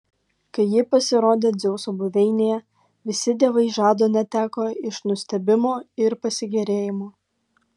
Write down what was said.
kai ji pasirodė dzeuso buveinėje visi dievai žado neteko iš nustebimo ir pasigėrėjimo